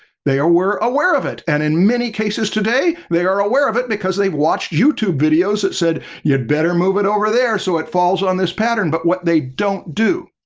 they were aware of it. and in many cases today, they are aware of it because they've watched youtube videos that said you'd better move it over there so it falls on this pattern. but what they don't do